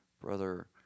Brother